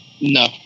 No